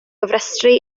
gofrestru